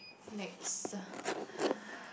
next